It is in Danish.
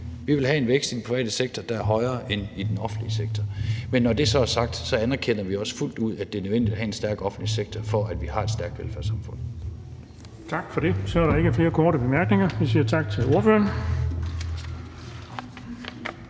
Vi vil have en vækst i den private sektor, der er højere end i den offentlige sektor. Men når det så er sagt, anerkender vi også fuldt ud, at det er nødvendigt at have en stærk offentlig sektor, for at vi har et stærkt velfærdssamfund. Kl. 17:10 Den fg. formand (Erling Bonnesen): Tak for det. Så er der ikke flere korte bemærkninger, og vi siger tak til ordføreren.